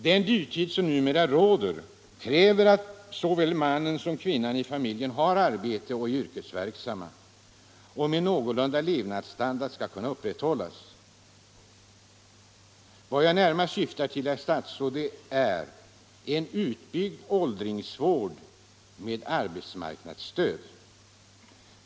Den dyrtid som numera råder kräver att såväl mannen som kvinnan i familjen har arbete och är yrkesverksam, om en någorlunda god levnadsstandard skall kunna upprätthållas. Vad jag närmast syftar till, herr statsråd, är en utbyggd åldringsvård med arbetsmarknadsstöd.